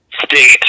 State